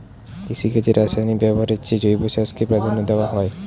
কৃষিকাজে রাসায়নিক ব্যবহারের চেয়ে জৈব চাষকে প্রাধান্য দেওয়া হয়